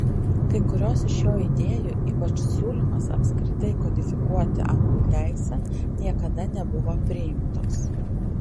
kai kurios iš jo idėjų ypač siūlymas apskritai kodifikuoti anglų teisę niekada nebuvo priimtos